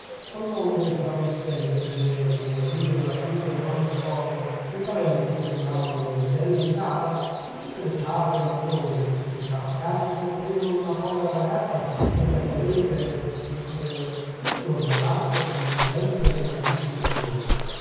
col mondo inframmettente che vuol dire la sua in ogni cosa coi parenti che non amano le zitelle in casa con tutte le ciarle noiose con tutti i sarcasmi che opprimono una povera ragazza voi capirete signor priore che un giorno o l'altro bisogna prendere una risoluzione